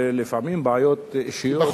לפעמים בעיות אישיות של הסיעות,